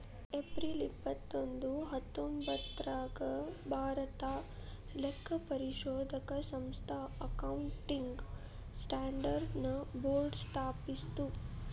April ಇಪ್ಪತ್ತೊಂದು ಹತ್ತೊಂಭತ್ತ್ನೂರಾಗ್ ಭಾರತಾ ಲೆಕ್ಕಪರಿಶೋಧಕ ಸಂಸ್ಥಾ ಅಕೌಂಟಿಂಗ್ ಸ್ಟ್ಯಾಂಡರ್ಡ್ ನ ಬೋರ್ಡ್ ಸ್ಥಾಪಿಸ್ತು